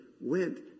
went